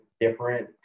different